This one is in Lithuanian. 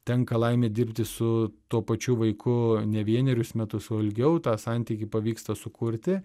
tenka laimė dirbti su tuo pačiu vaiku ne vienerius metus o ilgiau tą santykį pavyksta sukurti